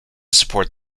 support